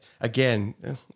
again